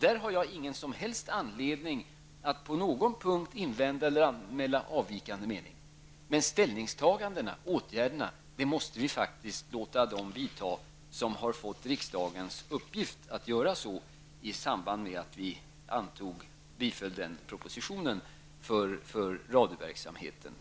Därför har jag ingen som helst anledning att på någon punkt invända eller anmäla avvikande mening. Men ställningstagandena, åtgärderna, måste vi faktiskt låta dem sköta om som har fått i uppgift av riksdagen att göra så. Detta har vi ju medgivit i samband med att vi biföll den aktuella propositionen om radioverksamheten.